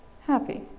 happy